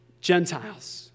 Gentiles